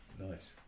nice